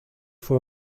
fue